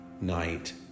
night